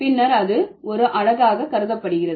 பின்னர் அது ஒரு அலகாக கருதப்படுகிறது